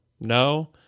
No